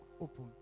open